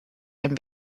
and